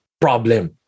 problem